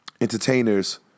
Entertainers